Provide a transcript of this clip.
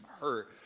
hurt